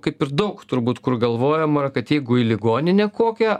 kaip ir daug turbūt kur galvojama kad jeigu į ligoninę kokią